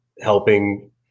helping